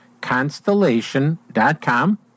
constellation.com